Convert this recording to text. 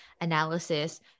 analysis